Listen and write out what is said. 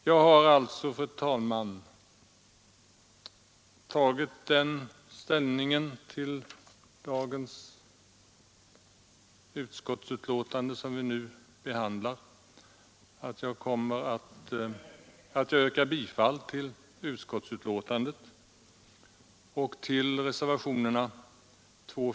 Jag kommer, fru talman, att yrka bifall till reservationerna 2,4, 5 och 6 och i övrigt till utskottets hemställan.